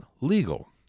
legal